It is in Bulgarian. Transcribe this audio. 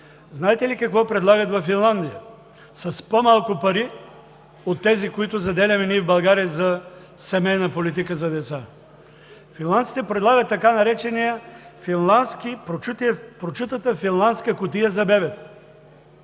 Знаете ли какво предлагат във Финландия с по-малко пари от тези, които заделяме ние в България за семейна политика за деца? Финландците предлагат прочутата така наречена финландска кутия за бебета.